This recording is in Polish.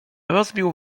rozbił